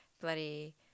bloody